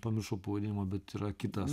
pamiršau pavadinimą bet yra kitas